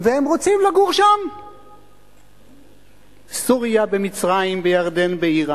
והם רוצים לגור שם, בסוריה, במצרים, בירדן, באירן.